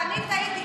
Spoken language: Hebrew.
ואני טעיתי,